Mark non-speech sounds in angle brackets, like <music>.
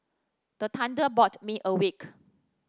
the thunder <unintelligible> me awake